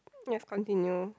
yes continue